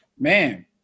Man